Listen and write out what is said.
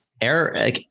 air